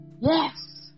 Yes